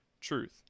truth